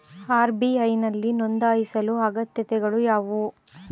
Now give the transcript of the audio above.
RBI ನಲ್ಲಿ ನೊಂದಾಯಿಸಲು ಅಗತ್ಯತೆಗಳು ಯಾವುವು?